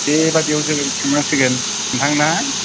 बे बायदिआव जोङो थांनांसिगोन नोंथां ना